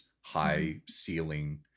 high-ceiling